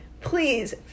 please